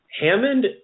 Hammond